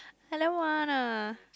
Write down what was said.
I don't want ah